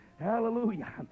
hallelujah